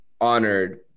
honored